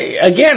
again